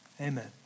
amen